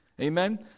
Amen